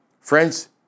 Friends